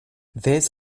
this